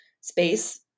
space